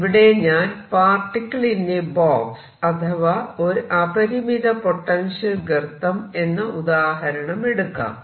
ഇവിടെ ഞാൻ 'particle in a box' അഥവാ ഒരു അപരിമിത പൊട്ടൻഷ്യൽ ഗർത്തം എന്ന ഉദാഹരണം എടുക്കാം